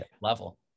level